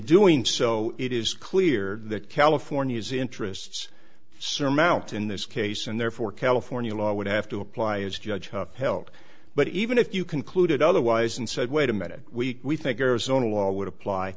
doing so it is clear that california's interests surmount in this case and therefore california law would have to apply as judge upheld but even if you concluded otherwise and said wait a minute we think arizona law would apply